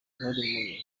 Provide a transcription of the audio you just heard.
uruhare